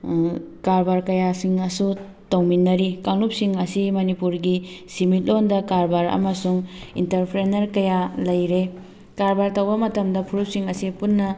ꯀꯔꯕꯥꯔ ꯀꯌꯥꯁꯤꯡ ꯑꯁꯨ ꯇꯧꯃꯤꯟꯅꯔꯤ ꯀꯥꯡꯂꯨꯞꯁꯤꯡ ꯑꯁꯤ ꯃꯅꯤꯄꯨꯔꯒꯤ ꯁꯦꯟꯃꯤꯠꯂꯣꯟꯗ ꯀꯔꯕꯥꯔ ꯑꯃꯁꯨꯡ ꯏꯟꯇꯔꯄ꯭ꯔꯦꯅꯔ ꯀꯌꯥ ꯂꯩꯔꯦ ꯀꯔꯕꯥꯔ ꯇꯧꯕ ꯃꯇꯝꯗ ꯐꯨꯔꯨꯞꯁꯤꯡ ꯑꯁꯤ ꯄꯨꯟꯅ